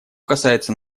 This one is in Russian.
касается